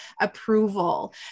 approval